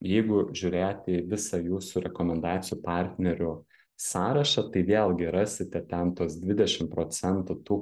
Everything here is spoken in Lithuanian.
jeigu žiūrėti į visą jūsų rekomendacijų partnerių sąrašą tai vėlgi rasite ten tuos dvidešim procentų tų